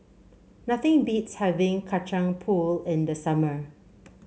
nothing beats having Kacang Pool in the summer